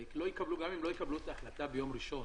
אז גם אם לא יקבלו את ההחלטה ביום ראשון